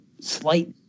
slight